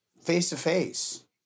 face-to-face